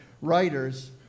writers